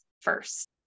first